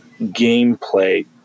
gameplay